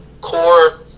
core